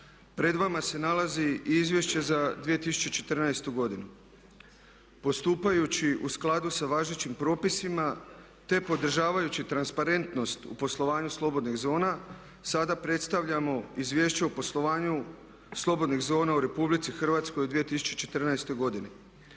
pred vama se nalazi izvješće za 2014.godinu. Postupajući u skladu sa važećim propisima te podržavajući transparentnost u poslovanju slobodnih zona sada predstavljamo izvješće o poslovanju slobodnih zona u RH 2014.godini.